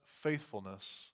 faithfulness